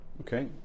Okay